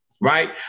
right